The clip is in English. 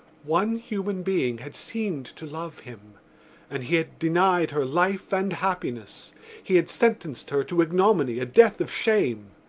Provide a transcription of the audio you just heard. one human being had seemed to love him and he had denied her life and happiness he had sentenced her to ignominy, a death of shame.